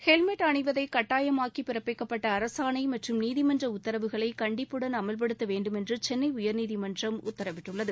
helmet அணிவதை கட்டாயமாக்கி பிறப்பிக்கப்பட்ட அரசாணை மற்றும் நீதிமன்ற உத்தரவுகளை கண்டிப்புடன் அமல்படுத்த வேண்டுமென்று சென்னை உயர்நீதிமன்றம் உத்தரவிட்டுள்ளது